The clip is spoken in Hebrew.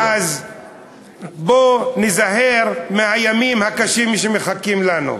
אז בואו ניזהר מהימים הקשים שמחכים לנו.